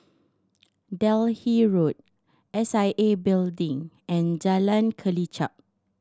Delhi Road S I A Building and Jalan Kelichap